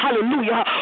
hallelujah